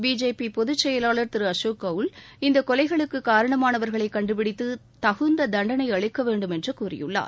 BJP பொது செயலாளா திரு அசோக் கவுல் இந்த கொலைகளுக்கு காரணமானவர்களை கண்டுபிடித்து தகுந்த தண்டனை அளிக்கவேண்டும என்று கூறியுள்ளார்